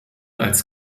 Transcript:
als